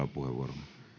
puheenvuoro